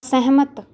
ਸਹਿਮਤ